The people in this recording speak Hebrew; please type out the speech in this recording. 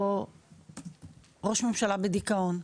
או ראש ממשלה בדיכאון?